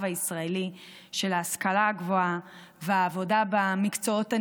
הישראלי של ההשכלה הגבוהה והעבודה במקצועות הנחשבים,